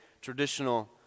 traditional